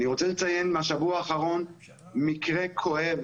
אני רוצה לציין מהשבוע האחרון מקרה כואב